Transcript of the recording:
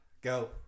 go